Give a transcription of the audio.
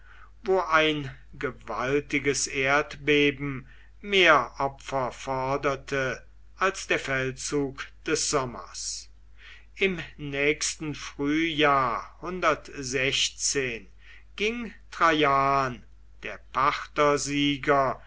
wo ein gewaltiges erdbeben mehr opfer forderte als der feldzug des sommers im nächsten frühjahr ging traian der